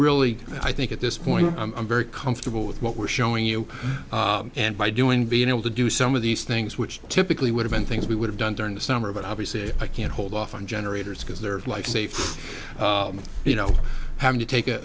really i think at this point i'm very comfortable with what we're showing you and by doing being able to do some of these things which typically would have been things we would have done during the summer but obviously i can't hold off on generators because their life safe you know having to take